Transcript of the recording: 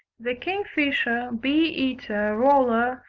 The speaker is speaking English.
the kingfisher, bee-eater, roller,